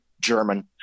German